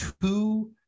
two